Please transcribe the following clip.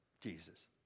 Jesus